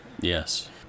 yes